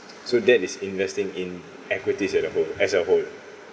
so that is investing in equities at a whole as a whole